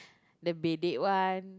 the bedek one